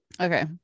Okay